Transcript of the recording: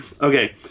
Okay